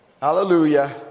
hallelujah